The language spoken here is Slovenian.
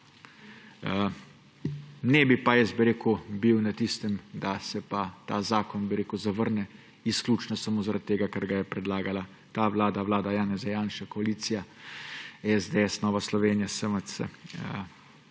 Ne bi pa bil na tistem, da se pa ta zakon, bi rekel, zavrne izključno samo zaradi tega, ker ga je predlagala ta vlada, vlada Janeza Janše, koalicija, SDS, Nova Slovenija, SMC.